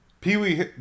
Pee-wee